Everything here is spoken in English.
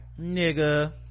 nigga